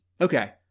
Okay